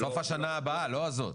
סוף השנה הבאה, לא זאת.